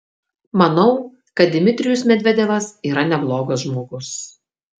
manau kad dmitrijus medvedevas yra neblogas žmogus